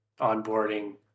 onboarding